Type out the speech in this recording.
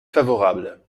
favorable